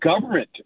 government